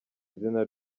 izina